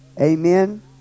amen